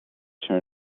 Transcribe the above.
her